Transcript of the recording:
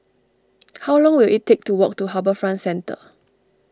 how long will it take to walk to HarbourFront Centre